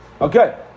Okay